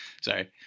Sorry